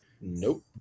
Nope